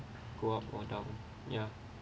go up or down ya